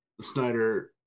Snyder